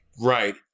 Right